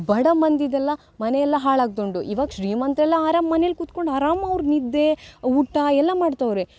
ಬಡ ಮಂದಿದೆಲ್ಲ ಮನೆಯೆಲ್ಲ ಹಾಳಾಗ್ತಾ ಉಂಟು ಇವಾಗ ಶ್ರೀಮಂತರೆಲ್ಲ ಆರಾಮ ಮನೇಲಿ ಕೂತ್ಕೊಂಡು ಆರಾಮ ಅವ್ರು ನಿದ್ದೆ ಊಟ ಎಲ್ಲ ಮಾಡ್ತಾವ್ರೆ